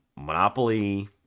Monopoly